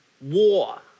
War